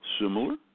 similar